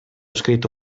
scritto